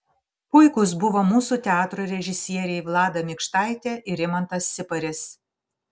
puikūs buvo mūsų teatro režisieriai vlada mikštaitė ir rimantas siparis